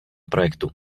projektu